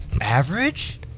Average